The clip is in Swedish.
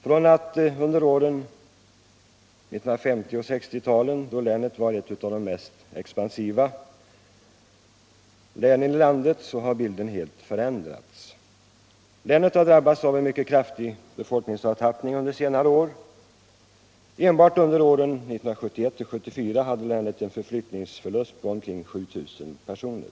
Från 1950 och 1960-talen, då länet var ett av de mest expansiva i landet, har bilden helt förändrats. Länet har drabbats av en kraftig befolkningsavtappning under senare år. Enbart under åren 1971-1974 hade länet en flyttningsförlust på omkring 7 000 personer.